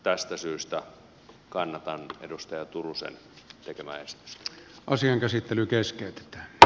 tästä syystä kannatan edustaja turusen tekemää esitystä